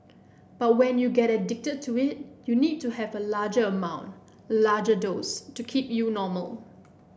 but when you get addicted to it you need to have a larger amount larger dose to keep you normal